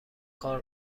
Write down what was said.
کار